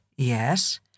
Yes